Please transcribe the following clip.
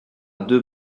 deux